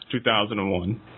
2001